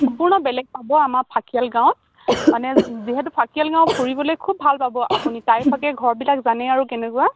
সম্পূৰ্ণ বেলেগ পাব আমাৰ ফাকিয়াল গাঁৱত মানে যিহেতু ফাঁকিয়াল গাঁও ফুৰিবলৈ খুব ভাল পাব আপুনি টাইফাকে ঘৰবিলাক জানেই আৰু কেনেকুৱা